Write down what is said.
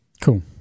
Cool